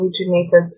Originated